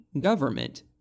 government